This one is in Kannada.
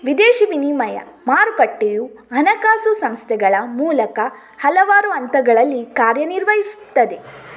ವಿದೇಶಿ ವಿನಿಮಯ ಮಾರುಕಟ್ಟೆಯು ಹಣಕಾಸು ಸಂಸ್ಥೆಗಳ ಮೂಲಕ ಹಲವಾರು ಹಂತಗಳಲ್ಲಿ ಕಾರ್ಯ ನಿರ್ವಹಿಸುತ್ತದೆ